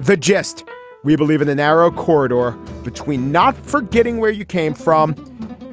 the gist we believe in the narrow corridor between not forgetting where you came from